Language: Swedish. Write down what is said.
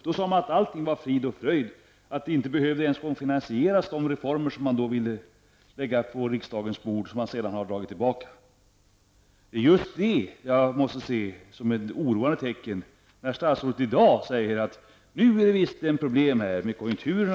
Då sade man att allting var frid och fröjd och att de reformförslag som skulle läggas på riksdagens bord inte behövde finansieras, reformförslag som sedan har dragits tillbaka. Det är just det som jag måste se som ett oroande tecken när statsrådet i dag säger: Nu är det visst litet problem med konjunkturerna .